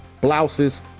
Blouses